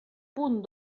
punt